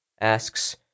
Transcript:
asks